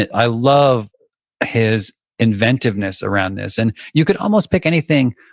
i love his inventiveness around this. and you could almost pick anything.